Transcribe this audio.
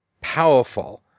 powerful